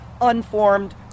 unformed